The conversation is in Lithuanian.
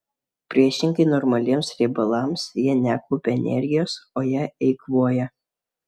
priešingai normaliems riebalams jie nekaupia energijos o ją eikvoja